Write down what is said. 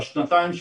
בשניים,